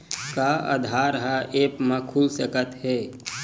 का आधार ह ऐप म खुल सकत हे?